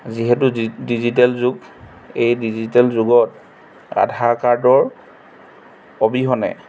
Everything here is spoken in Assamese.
যিহেতু ডিজিটেল যুগ এই ডিজিটেল যুগত আধাৰ কাৰ্ডৰ অবিহনে